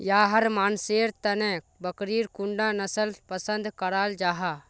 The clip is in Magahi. याहर मानसेर तने बकरीर कुंडा नसल पसंद कराल जाहा?